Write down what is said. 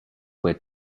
were